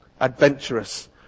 Adventurous